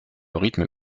rythme